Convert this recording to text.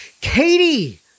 Katie